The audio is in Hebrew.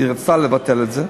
היא רצתה לבטל את זה,